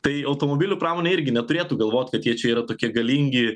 tai automobilių pramonė irgi neturėtų galvot kad jie čia yra tokie galingi